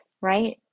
right